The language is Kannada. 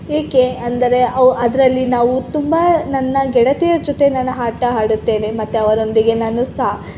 ಏಕೆ ಅಂದರೆ ಅವು ಅದರಲ್ಲಿ ನಾವು ತುಂಬ ನನ್ನ ಗೆಳತಿಯರು ಜೊತೆ ನಾನು ಆಟ ಆಡುತ್ತೇನೆ ಮತ್ತು ಅವರೊಂದಿಗೆ ನಾನು ಸಹ